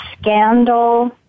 Scandal